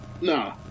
Nah